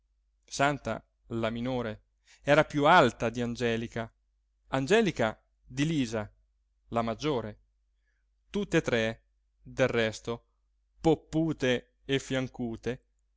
santa la minore era piú alta di angelica angelica di lisa la maggiore tutt'e tre del resto poppute e fiancute